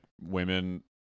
women